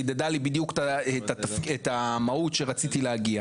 היא חידדה לי בדיוק את המהות שרציתי להגיע.